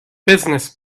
business